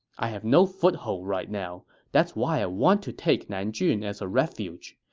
i have no foothold right now. that's why i want to take nanjun as a refuge.